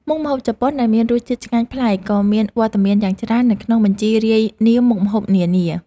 មុខម្ហូបជប៉ុនដែលមានរសជាតិឆ្ងាញ់ប្លែកក៏មានវត្តមានយ៉ាងច្រើននៅក្នុងបញ្ជីរាយនាមមុខម្ហូបនានា។